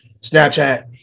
Snapchat